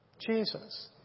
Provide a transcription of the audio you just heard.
Jesus